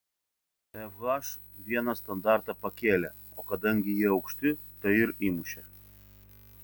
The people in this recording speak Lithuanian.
fh vieną standartą pakėlė o kadangi jie aukšti tai ir įmušė